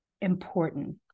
important